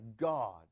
God